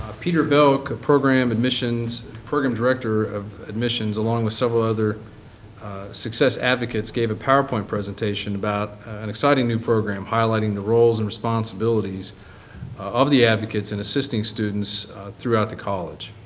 ah peter belk, a program admissions program director of admissions, along with several other success advocates, gave a powerpoint presentation about an exciting new program highlighting the roles and responsibilities of the advocates in assisting students throughout the college.